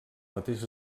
mateix